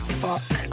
fuck